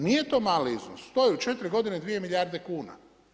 Nije to mali iznos, to je u 4 godine 2 milijarde kuna.